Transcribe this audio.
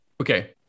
Okay